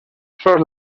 sols